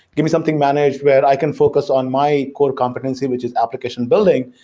give me something managed where i can focus on my core competency, which is application building,